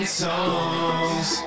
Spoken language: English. songs